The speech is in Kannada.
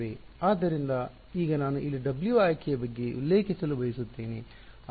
ಆದ್ದರಿಂದ ಈಗ ನಾನು ಇಲ್ಲಿ W ಆಯ್ಕೆಯ ಬಗ್ಗೆ ಉಲ್ಲೇಖಿಸಲು ಬಯಸುತ್ತೇನೆ